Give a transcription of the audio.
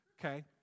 okay